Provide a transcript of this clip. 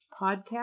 podcast